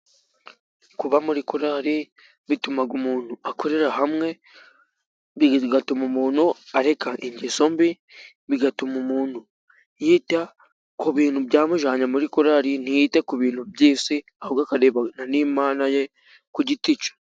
Kuba muri korali bituma umuntu akorera hamwe. Bigatuma umuntu areka ingeso mbi. Bigatuma umuntu yita ku bintu byamujyanye muri korali, ntiyite ku bintu by'isi ,ahubwo akarebana n'Imana ye ku giti cye.